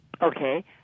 Okay